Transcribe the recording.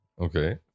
Okay